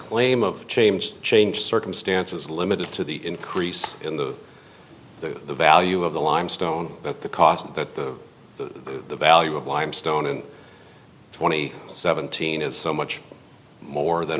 claim of change change circumstances limited to the increase in the value of the limestone at the cost that the value of limestone in twenty seventeen is so much more than